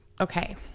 Okay